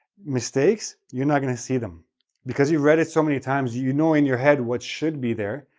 mistakes, you're not going to see them because you've read it so many times, you know in your head what should be there.